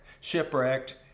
shipwrecked